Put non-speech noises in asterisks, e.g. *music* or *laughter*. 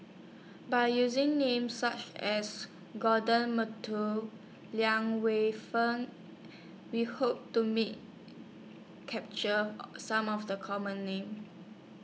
By using Names such as Gordon *unintelligible* Liang Weifun We Hope to Me capture *noise* Some of The Common Names